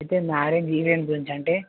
అంటే marriage event గురించి అంటే